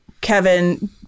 Kevin